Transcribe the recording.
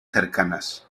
cercanas